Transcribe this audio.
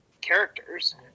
characters